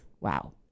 Wow